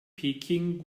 peking